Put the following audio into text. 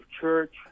church